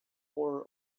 horror